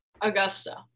Augusta